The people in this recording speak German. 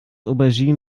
auberginen